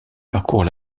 parcourt